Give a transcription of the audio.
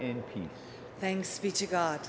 in peace thanks god